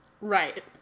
Right